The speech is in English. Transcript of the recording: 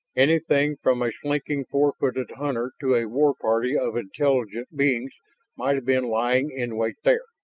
anything from a slinking four-footed hunter to a war party of intelligent beings might have been lying in wait there.